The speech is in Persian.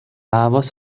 حواست